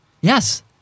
Yes